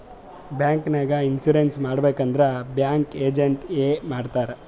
bank ನಾಗ್ insurance ಮಾಡಬೇಕ್ ಅಂದುರ್ ಬ್ಯಾಂಕ್ ಏಜೆಂಟ್ ಎ ಮಾಡ್ತಾರ್